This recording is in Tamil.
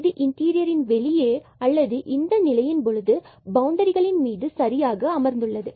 இது இன்டீரியரின் வெளியே அல்லது இந்த நிலையின் பொழுது பவுண்டரிகளின் மீது சரியாக அமர்ந்துள்ளது